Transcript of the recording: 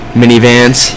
minivans